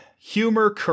Humor